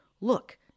Look